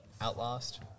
Outlast